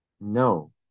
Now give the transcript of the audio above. No